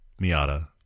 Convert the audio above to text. Miata